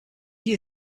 you